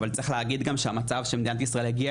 אבל צריך להגיד גם שהמצב של מדינת ישראל הגיעה